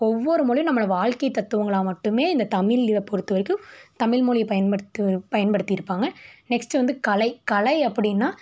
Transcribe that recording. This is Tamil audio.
ஒவ்வொரு மொழியும் நமது வாழ்க்கைத் தத்துவங்களாக மட்டுமே இந்த தமிழ் இதைப் பொறுத்தவரைக்கும் தமிழ்மொழியை பயன்படுத்து பயன்படுத்தியிருப்பாங்க நெக்ஸ்ட்டு வந்து கலை கலை அப்படின்னா